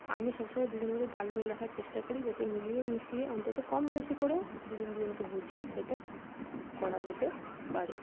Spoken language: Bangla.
আমি সবসময় দুজনের মধ্যে তালমিল রাখার চেষ্টা করি যাতে মিলিয়ে মিশিয়ে অন্তত কম বেশি করেও দুজন দুজনকে বুঝিয়ে সেটা করা যেতে পারে